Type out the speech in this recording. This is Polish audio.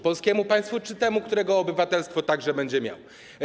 Polskiemu państwu czy temu, którego obywatelstwo także będzie miał?